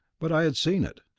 but i had seen it.